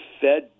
Fed